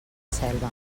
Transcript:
selva